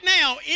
now